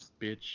bitch